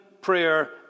prayer